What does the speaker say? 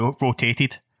rotated